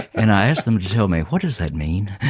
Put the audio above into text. and i ask them to tell me what does that mean? and